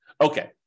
Okay